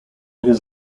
his